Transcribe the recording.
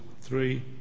three